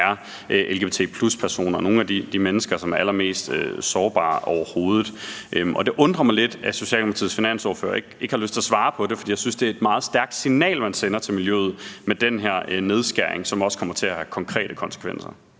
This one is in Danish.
er lgbt+-personer; det er nogle af de mennesker, som er allermest sårbare overhovedet. Det undrer mig lidt, at Socialdemokratiets finansordfører ikke har lyst til at svare på det, for jeg synes, det er et meget stærkt signal, man sender til miljøet, med den her nedskæring, som også kommer til at have konkrete konsekvenser.